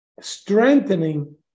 strengthening